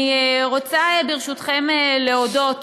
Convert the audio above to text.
אני רוצה, ברשותכם, להודות